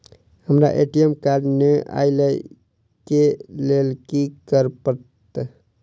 हमरा ATM card नै अई लई केँ लेल की करऽ पड़त?